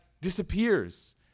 disappears